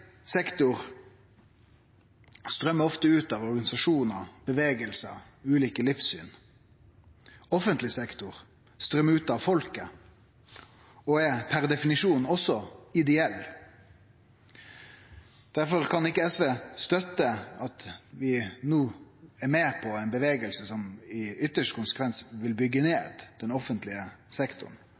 sektor strøymer ofte ut av organisasjonar, bevegelsar eller ulike livssyn. Offentleg sektor strøymer ut av folket og er per definisjon også ideell. Difor kan ikkje SV støtte at vi no er med på ein bevegelse som i ytste konsekvens vil byggje ned den offentlege sektoren.